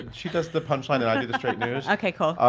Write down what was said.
she does the punchline and i do the straight news okay cool.